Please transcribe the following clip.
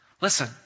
Listen